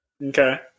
Okay